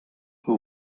who